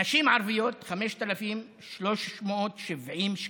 נשים ערביות, 5,370 שקלים.